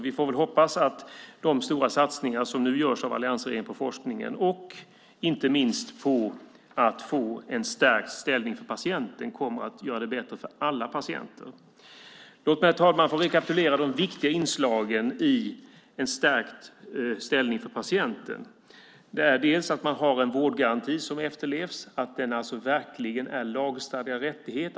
Vi får hoppas att de stora satsningar som nu görs från alliansregeringen på forskningen och inte minst på en stärkt ställning för patienten kommer att göra det bättre för alla patienter. Herr talman! Låt mig få rekapitulera de viktiga inslagen i en stärkt ställning för patienten. Det första är att man har en vårdgaranti som efterlevs och som verkligen är en lagstadgad rättighet.